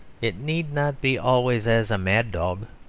it need not be always as a mad dog.